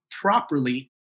properly